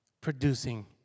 producing